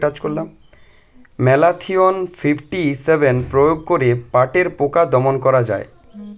Malathion fifty seven প্রয়োগ করে পাটের পোকা দমন করা যায়?